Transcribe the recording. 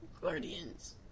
Guardians